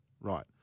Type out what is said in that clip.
Right